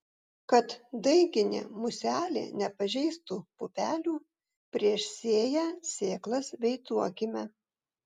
kad daiginė muselė nepažeistų pupelių prieš sėją sėklas beicuokime